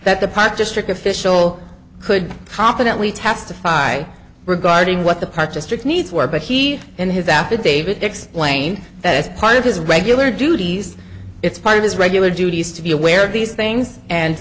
that the park just took official could confidently testify regarding what the park district needs were but he in his affidavit explained that as part of his regular duties it's part of his regular duties to be aware of these things and